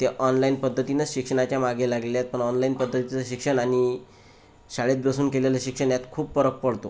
ते ऑनलाइन पद्धतीनं शिक्षणाच्या मागे लागलेत पण ऑनलाइन पद्धतीचं शिक्षण आणि शाळेत बसून केलेले शिक्षण यात खूप फरक पडतो